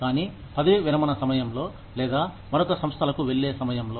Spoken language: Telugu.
కానీ పదవి విరమణ సమయంలో లేదా మరొక సంస్థలకు వెళ్లే సమయంలో